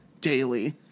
daily